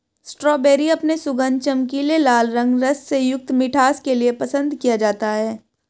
strawberry अपने सुगंध, चमकीले लाल रंग, रस से युक्त मिठास के लिए पसंद किया जाता है